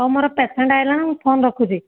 ହଉ ମୋର ପେସେଣ୍ଟ୍ ଆସିଲେଣି ମୁଁ ଫୋନ୍ ରଖୁଛି